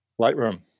Lightroom